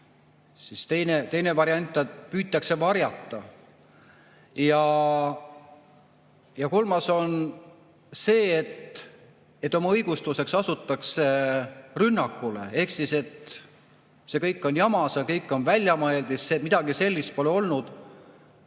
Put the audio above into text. variant on, et seda püütakse varjata. Ja kolmas on see, et oma õigustuseks asutakse rünnakule. Ehk siis see kõik on jama, see kõik on väljamõeldis, midagi sellist pole olnud.